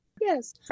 yes